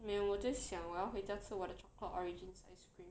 没有我在想我要回家吃我的 Chocolate Origins ice cream